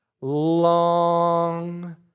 long